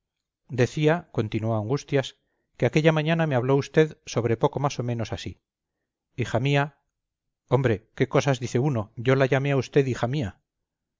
nublado decía continuó angustias que aquella mañana me habló usted sobre poco más o menos así hija mía hombre qué cosas dice uno yo la llamé a usted hija mía